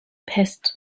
pest